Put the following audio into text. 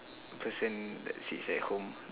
person that sits at home